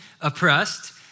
oppressed